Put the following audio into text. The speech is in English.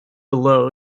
below